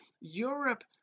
Europe